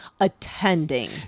attending